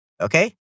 Okay